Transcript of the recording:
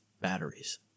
batteries